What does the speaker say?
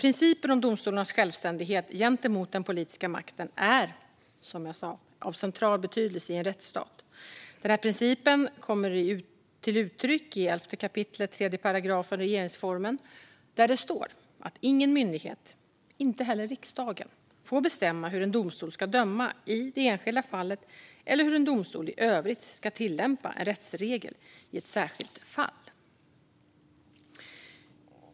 Principen om domstolarnas självständighet gentemot den politiska makten är, som jag sa, av central betydelse i en rättsstat. Principen kommer till uttryck i 11 kap. 3 § regeringsformen, där det står att ingen myndighet, inte heller riksdagen, får bestämma hur en domstol ska döma i det enskilda fallet eller hur en domstol i övrigt ska tillämpa en rättsregel i ett särskilt fall.